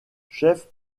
chef